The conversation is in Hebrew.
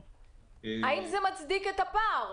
האם זה מצדיק את הפער?